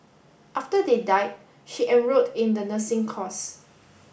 after they died she enrolled in the nursing course